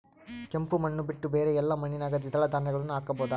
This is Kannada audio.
ಕೆಂಪು ಮಣ್ಣು ಬಿಟ್ಟು ಬೇರೆ ಎಲ್ಲಾ ಮಣ್ಣಿನಾಗ ದ್ವಿದಳ ಧಾನ್ಯಗಳನ್ನ ಹಾಕಬಹುದಾ?